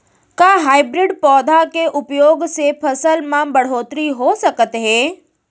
का हाइब्रिड पौधा के उपयोग से फसल म बढ़होत्तरी हो सकत हे?